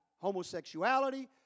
homosexuality